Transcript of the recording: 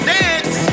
dance